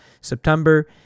September